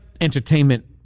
entertainment